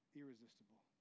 irresistible